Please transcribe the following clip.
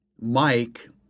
Mike